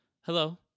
hello